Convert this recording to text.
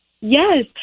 Yes